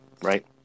Right